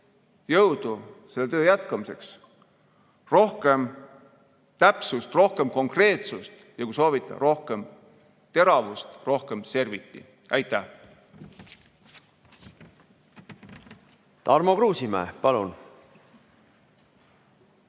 jõudu selle töö jätkamiseks. Rohkem täpsust! Rohkem konkreetsust! Ja kui soovite, siis rohkem teravust, rohkem serviti! Aitäh! Tarmo Kruusimäe, palun!